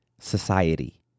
society